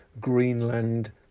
Greenland